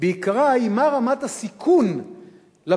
בעיקרה היא מה רמת הסיכון לפרט.